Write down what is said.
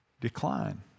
decline